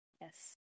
yes